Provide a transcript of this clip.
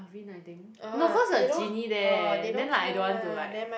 Alvin I think no cause got Jeanie there then like I don't want to like